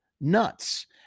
nuts